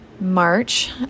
March